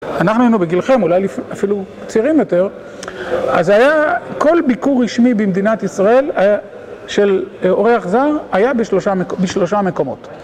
אנחנו היינו בגילכם, אולי אפילו צעירים יותר, אז היה כל ביקור רשמי במדינת ישראל של אורח זר היה בשלושה מקומות.